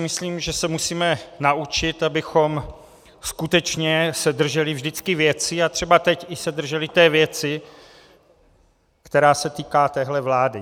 Myslím, že se musíme naučit, abychom skutečně se drželi vždycky věci a třeba teď i se drželi té věci, která se týká téhle vlády.